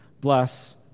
bless